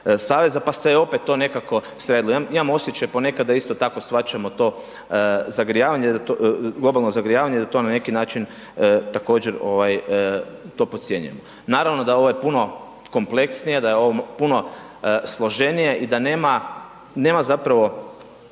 pa se je opet to nekako sredilo, imam osjećaj ponekad da isto tako shvaćamo to zagrijavanje, globalno zagrijavanje da to na neki način također, ovaj, to podcjenjujemo. Naravno da je ovo puno kompleksnije, da je ovo puno složenije i da nema, nema zapravo,